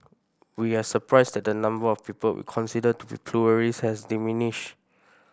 we are surprised that the number of people we consider to be pluralist has diminished